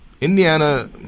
Indiana